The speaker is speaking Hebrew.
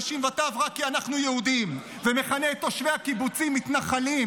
נשים וטף רק כי אנחנו יהודים ומכנה את תושבי הקיבוצים "מתנחלים",